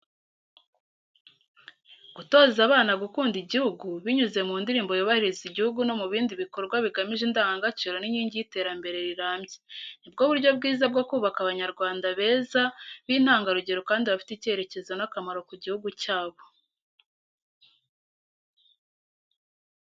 Gutoza abana gukunda igihugu binyuze mu ndirimbo yubahiriza igihugu no mu bindi bikorwa bigamije indangagaciro ni inkingi y’iterambere rirambye. Ni bwo buryo bwiza bwo kubaka Abanyarwanda beza, b’intangarugero kandi bafite icyerekezo n'akamaro ku gihugu cyabo.